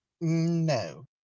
no